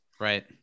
right